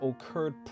occurred